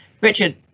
Richard